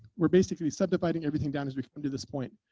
we're basically subdividing everything down as we come to this point.